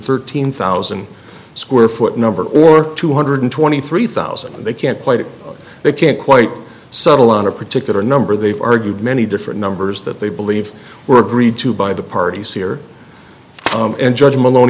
thirteen thousand square foot number or two hundred twenty three thousand and they can't quite they can't quite settle on a particular number they've argued many different numbers that they believe were agreed to by the parties here and judge malone